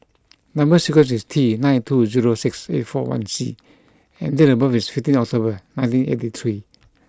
number sequence is T nine two zero six eight four one C and date of birth is fifteen October nineteen eighty three